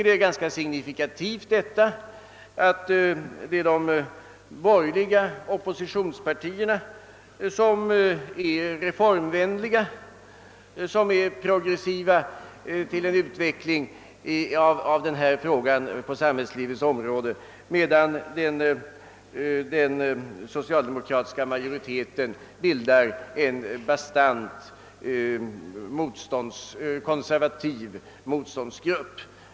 Det är ganska signifikativt att det är de borgerliga oppositionspartierna som är reformvänliga och progressiva i denna fråga, medan den socialdemokratiska majoriteten bildar en bastant konservativ motståndsgrupp.